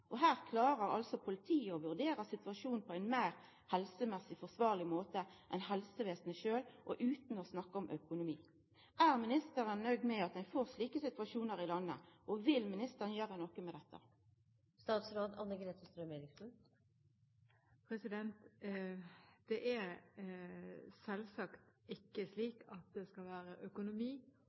Her klarar altså politiet å vurdera situasjonen på ein meir helsemessig forsvarleg måte enn helsevesenet sjølv, og utan å snakka om økonomi. Er ministeren nøgd med at ein får slike situasjonar i landet? Vil ministeren gjera noko med dette? Det er selvsagt ikke slik at økonomi skal